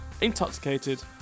intoxicated